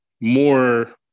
more